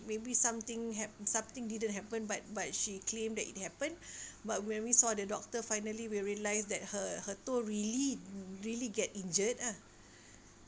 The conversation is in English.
maybe something hap~ something didn't happen but but she claimed that it happen but when we saw the doctor finally we realised that her her toe really really get injured ah